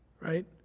right